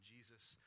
Jesus